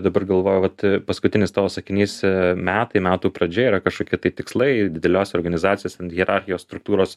dabar galvoju vat paskutinis tavo sakinys metai metų pradžia yra kažkokie tikslai ir dideliose organizacijose ten hierarchijos struktūros